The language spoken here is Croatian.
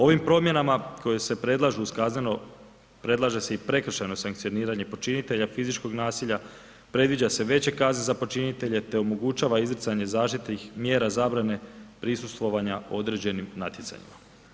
Ovim promjenama koje se predlažu uz kazneno predlaže se i prekršajno sankcioniranje počinitelja fizičkog nasilja, predviđa se veće kazne za počinitelje te omogućava izricanje zaštitnih mjera zabrane prisustvovanja određenim natjecanjima.